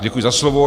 Děkuji za slovo.